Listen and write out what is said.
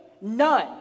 none